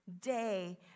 day